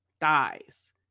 dies